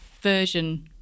version